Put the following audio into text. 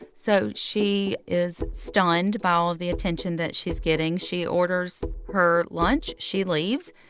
so she is stunned by all of the attention that she's getting. she orders her lunch. she leaves.